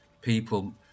people